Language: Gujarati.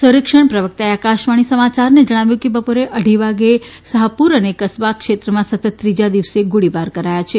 સંરક્ષણ પ્રવક્તાએ આકાશવાણી સમાચારને જણાવ્યું કે બપોરે અઢી વાગે શાહપુર અને કસબા ક્ષેત્રમાં સતત ત્રીજા દિવસે ગોળીબાર કરાયા છે